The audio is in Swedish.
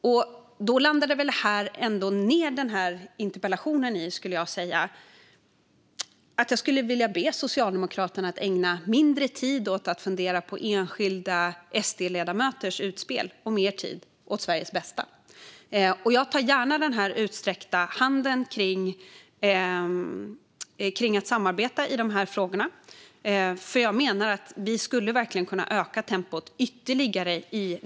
Därför skulle jag ändå säga att den här interpellationsdebatten landar i att jag vill be Socialdemokraterna att ägna mindre tid åt att fundera över enskilda SD-ledamöters utspel och mer tid åt Sveriges bästa. Jag tar gärna den utsträckta handen kring att samarbeta i de här frågorna, för jag menar verkligen att vi då skulle kunna öka tempot ytterligare.